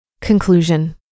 Conclusion